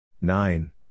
Nine